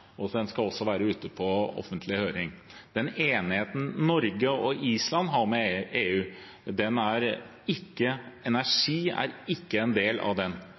og den skal også være ute på offentlig høring. Energi er ikke en del av den enigheten som Norge og Island har med EU, så det vi skal legge fram, er en